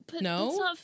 No